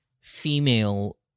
female